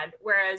Whereas